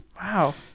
Wow